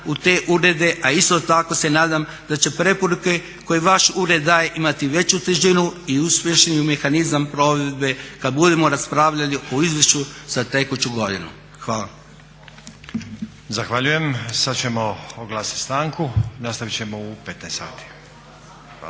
u te urede, a isto tako se nadam da će preporuke koje vaš ured daje imati veću težinu i uspješniji mehanizam provedbe kad budemo raspravljali o izvješću za tekuću godinu. Hvala. **Stazić, Nenad (SDP)** Zahvaljujem. Sad ćemo oglasit stanku. Nastavit ćemo u 15,00 sati.